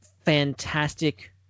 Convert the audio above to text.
fantastic